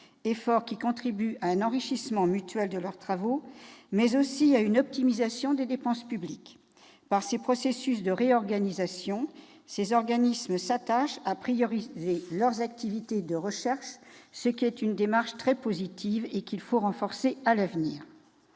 efforts qui contribuent à un enrichissement mutuel de leurs travaux, mais aussi à une optimisation des dépenses publiques. Par ces processus de réorganisation, ces organismes s'attachent à établir des priorités dans leurs activités de recherche, ce qui est une démarche très positive, qu'il faut renforcer à l'avenir.